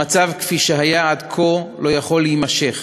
המצב כפי שהיה עד כה לא יכול להימשך.